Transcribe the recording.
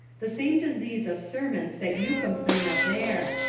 the same disease of sermons that you complain of there,